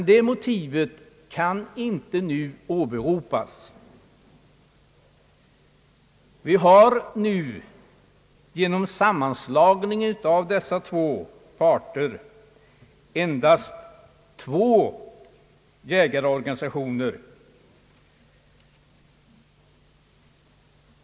Det motivet har emellertid inte nu åberopats. Vi har i dag, genom sammanslagning av dessa två parter, endast två jägarorganisationer.